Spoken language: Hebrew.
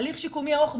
הליך שיקומי ארוך.